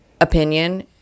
opinion